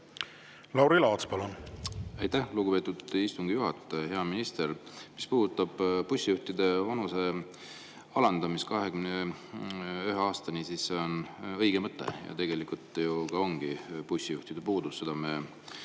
Lauri Laats, palun! Aitäh, lugupeetud istungi juhataja! Hea minister! Mis puudutab bussijuhtide vanuse alandamist 21 aastani, siis see on õige mõte. Tegelikult on bussijuhtide puudus, seda me